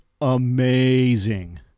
amazing